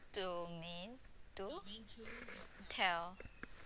domain two hotel